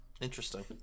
interesting